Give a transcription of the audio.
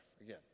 again